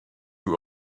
you